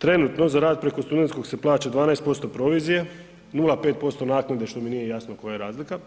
Trenutno za rad preko studentskog se plaća 12% provizije, 0,5% naknade što mi nije jasno koja je razlika,